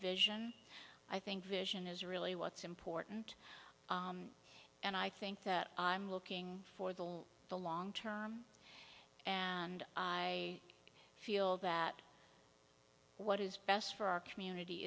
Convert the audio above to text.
vision i think vision is really what's important and i think that i'm looking for the will the long term and i feel that what is best for our community